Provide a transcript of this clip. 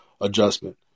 adjustment